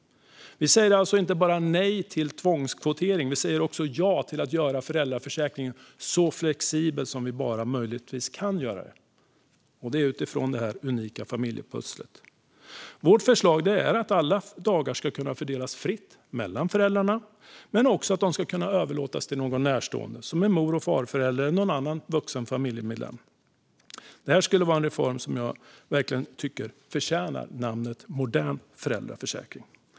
Vi säger alltså inte bara nej till tvångskvotering. Vi säger också ja till att göra föräldraförsäkringen så flexibel som vi bara möjligtvis kan göra den. Det är utifrån det unika familjepusslet. Vårt förslag är att alla dagar ska kunna fördelas fritt mellan föräldrarna men också att de ska kunna överlåtas till någon närstående, som en mor eller farförälder eller någon annan vuxen familjemedlem. Det skulle vara en reform som verkligen förtjänar namnet modern föräldraförsäkring.